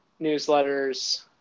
newsletters